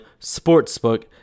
sportsbook